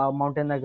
mountain